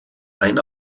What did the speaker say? ein